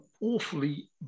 awfully